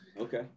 Okay